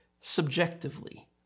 subjectively